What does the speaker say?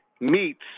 meets